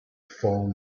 foam